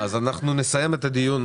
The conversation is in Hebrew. נסיים את הדיון.